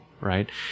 right